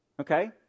Okay